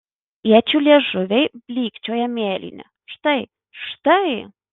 iečių liežuviai blykčioja mėlyni štai štai